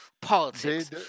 politics